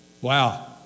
Wow